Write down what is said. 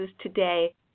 today